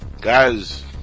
Guys